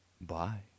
bye